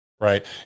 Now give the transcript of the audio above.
right